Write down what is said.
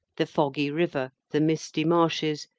the foggy river, the misty marshes,